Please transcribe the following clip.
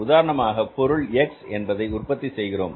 உதாரணமாக பொருள் எக்ஸ் என்பதை உற்பத்தி செய்கிறோம்